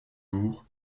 lourds